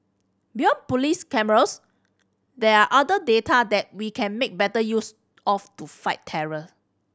beyond police cameras there are other data that we can make better use of to fight terror